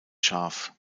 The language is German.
scharf